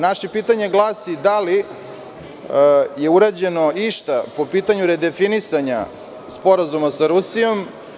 Naše pitanje glasi – da li je urađeno išta po pitanju redefinisanja sporazuma sa Rusijom?